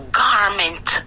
garment